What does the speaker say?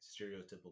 stereotypical